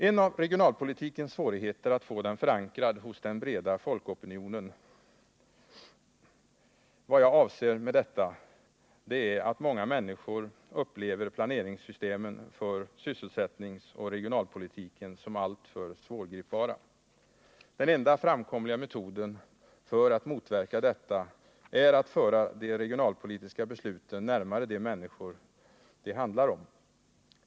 En av regionalpolitikens svårigheter är att få den förankrad hos den breda folkopinionen. Vad jag avser är att många människor upplever planeringssystemen för sysselsättningsoch regionalpolitiken som alltför svårgripbara. Den enda framkomliga metoden för att motverka detta är att föra de regionalpolitiska besluten närmare de människor de handlar om.